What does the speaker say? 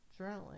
journaling